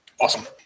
Awesome